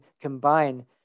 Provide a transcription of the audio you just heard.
combine